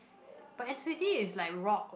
but n_c_t is like rock